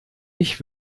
ich